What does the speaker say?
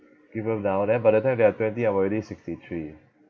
give birth now then by the time they are twenty I'm already sixty three